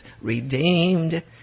redeemed